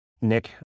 Nick